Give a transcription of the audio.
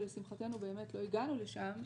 ולשמחתנו באמת לא הגענו לשם,